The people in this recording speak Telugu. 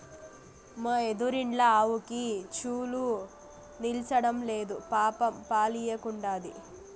మా ఎదురిండ్ల ఆవుకి చూలు నిల్సడంలేదు పాపం పాలియ్యకుండాది